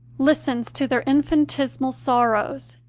listens to their infinitesi mal sorrows,